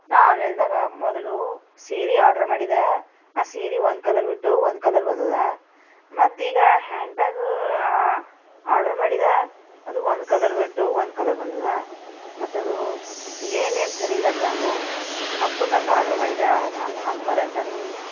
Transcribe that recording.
ನಾನು ಆನ್ಲೈನ್ದಾಗ ಮೊದಲು ಸೀರೆ ಆರ್ಡರ್ ಮಾಡಿದಾ ಆ ಸೀರಿ ಒಂದು ಕಲರ್ ಬಿಟ್ಟು ಒಂದು ಕಲರ್ ಬಂದದಾ ಮತ್ತೆ ಈಗ ಹ್ಯಾಂಡ್ ಬ್ಯಾಗು ಆರ್ಡರು ಮಾಡಿದ ಅದು ಒಂದು ಕಲರ್ ಬಿಟ್ಟು ಒಂದು ಕಲರ್ ಬಂದಿದಾ ಮತ್ತದು ಏನೇನು ಸರಿ ಇಲ್ಲ ಬ್ಯಾಗು ಹಬ್ಬಕ್ಕಂತ ಆರ್ಡರು ಮಾಡಿದ ಚೆಂದ ಹಾಕೊಂಬರ ಅಂತಂದು